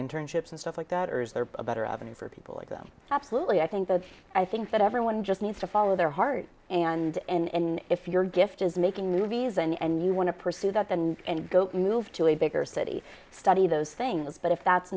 internships and stuff like that or is there a better avenue for people like them absolutely i think that i think that everyone just needs to follow their heart and if your gift is making movies and you want to pursue that and go move to a bigger city study those things but if that's